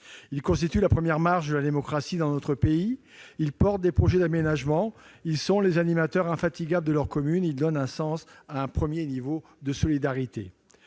Ils constituent la première marche de la démocratie dans notre pays, ils mettent en oeuvre des projets d'aménagement, ils sont les animateurs infatigables de leur commune, ils donnent une portée concrète à un premier niveau de solidarité.